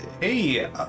hey